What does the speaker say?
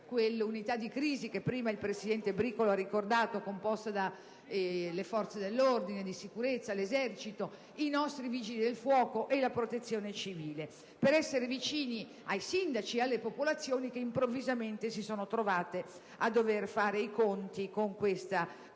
l'unità di crisi che poc'anzi il presidente Bricolo ha ricordato, composta dalle forze dell'ordine e di sicurezza, l'Esercito, i nostri Vigili del fuoco e la Protezione civile, per essere vicini ai sindaci ed alle popolazioni che improvvisamente si sono trovati a dover fare i conti con questa realtà